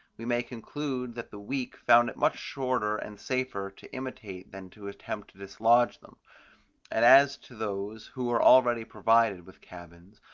we may conclude that the weak found it much shorter and safer to imitate than to attempt to dislodge them and as to those, who were already provided with cabins,